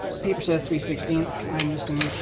the paper says three sixteen. i'm just going to